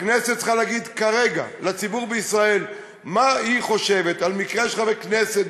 הכנסת צריכה להגיד כרגע לציבור בישראל מה היא חושבת על מקרה שחבר כנסת,